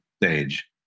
stage